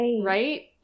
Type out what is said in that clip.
right